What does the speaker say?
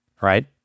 right